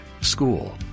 school